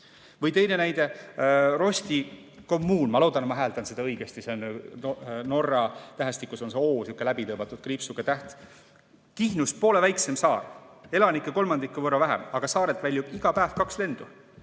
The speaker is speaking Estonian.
Või teine näide, Røsti kommuun – ma loodan, et hääldasin seda nime õigesti, Norra tähestikus on see O sihuke läbi tõmmatud kriipsuga täht –, Kihnust poole väiksem saar, elanikke kolmandiku võrra vähem, aga saarelt väljub iga päev kaks lendu.